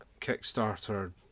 Kickstarter